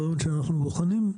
רעיון שאנחנו בוחנים,